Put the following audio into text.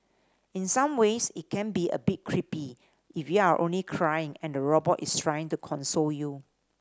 in some ways it can be a bit creepy if you're only crying and the robot is trying to console you